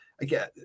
again